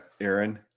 Aaron